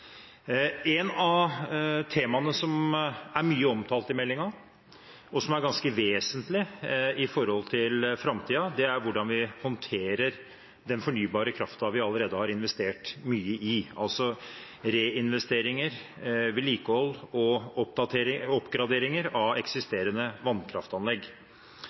Et av temaene som er mye omtalt i meldingen, og som er ganske vesentlig i framtiden, er hvordan vi håndterer den fornybare kraften vi allerede har investert mye i, altså reinvesteringer, vedlikehold og oppgraderinger av eksisterende vannkraftanlegg.